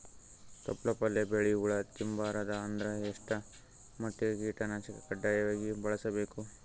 ತೊಪ್ಲ ಪಲ್ಯ ಬೆಳಿ ಹುಳ ತಿಂಬಾರದ ಅಂದ್ರ ಎಷ್ಟ ಮಟ್ಟಿಗ ಕೀಟನಾಶಕ ಕಡ್ಡಾಯವಾಗಿ ಬಳಸಬೇಕು?